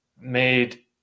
made